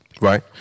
Right